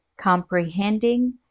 Comprehending